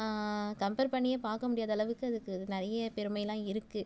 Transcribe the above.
compare பண்ணியே பார்க்க முடியாத அளவுக்கு அதுக்கு நிறைய பெருமையெல்லாம் இருக்குது